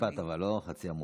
אבל משפט, לא חצי עמוד.